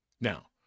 Now